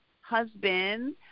husband